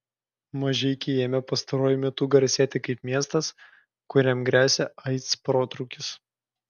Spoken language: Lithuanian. mažeikiai ėmė pastaruoju metu garsėti kaip miestas kuriam gresia aids protrūkis